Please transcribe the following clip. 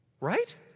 Right